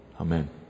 Amen